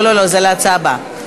לא לא לא, זה להצעה הבאה.